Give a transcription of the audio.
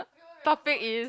topic is